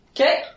Okay